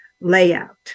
layout